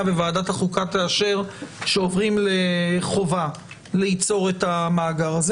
וועדת החוקה תאשר שעוברים לחובה ליצור את המאגר הזה.